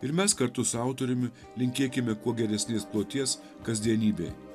ir mes kartu su autoriumi linkėkime kuo geresnės kloties kasdienybėj